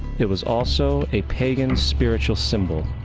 it was also a pagan spiritual symbol,